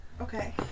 Okay